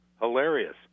Hilarious